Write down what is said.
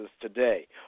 today